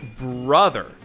brother